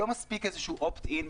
לא מספיק איזה opt in,